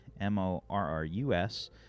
M-O-R-R-U-S